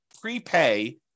prepay